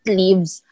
leaves